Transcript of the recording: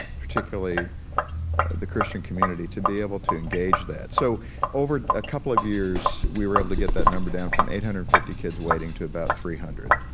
particularly the christian community, to be able to engage that, so over a couple of years, we were able to get that number down from eight hundred and fifty kids waiting to about three hundred.